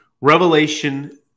Revelation